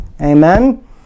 Amen